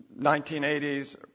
1980s